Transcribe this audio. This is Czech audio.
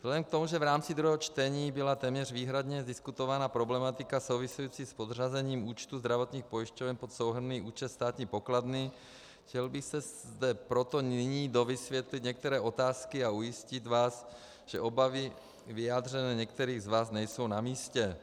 Vzhledem k tomu, že v rámci druhého čtení byla téměř výhradně diskutovaná problematika související s podřazením účtu zdravotních pojišťoven pod souhrnný účet Státní pokladny, chtěl bych proto zde nyní dovysvětlit některé otázky a ujistit vás, že obavy vyjádřené některými z vás nejsou namístě.